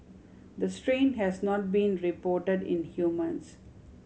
the strain has not been reported in humans